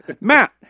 Matt